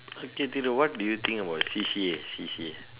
okay Thiru what do you think about C_C_A C_C_A